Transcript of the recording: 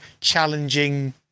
challenging